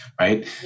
right